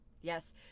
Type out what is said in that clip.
yes